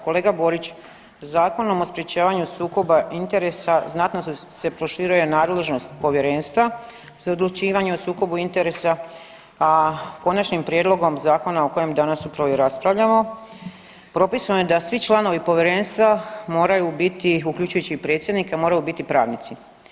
Kolega Borić, Zakonom o sprječavanju sukoba interesa znatno se proširuje nadležnost Povjerenstva za odlučivanje o sukobu interesa, a Konačnim prijedlogom Zakona o kojem danas upravo raspravljamo propisano je da svi članovi povjerenstva moraju biti uključujući i predsjednika, moraju biti pravnici.